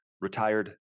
retired